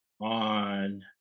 on